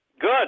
Good